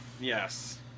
Yes